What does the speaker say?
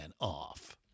off